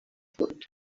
بود